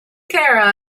care